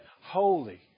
holy